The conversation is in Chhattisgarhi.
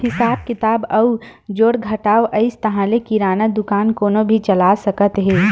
हिसाब किताब अउ जोड़ घटाव अइस ताहाँले किराना दुकान कोनो भी चला सकत हे